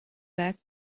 back